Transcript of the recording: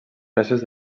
peces